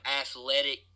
athletic